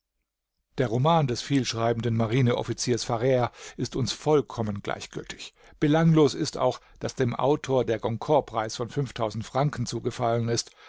der roman des vielschreibenden marineoffiziers farrre ist uns vollkommen gleichgültig belanglos ist auch daß dem autor der goncourt-preis von franken zugefallen ist